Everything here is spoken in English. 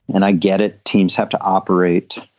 and i get it. teams have to operate.